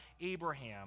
Abraham